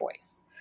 choice